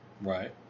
Right